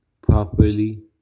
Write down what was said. properly